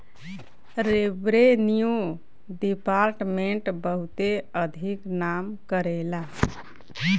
revenue department बहुते अधिक नाम करेला